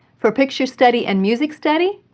for picture study and music study,